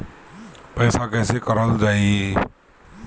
पैसा कईसे इनवेस्ट करल जाई?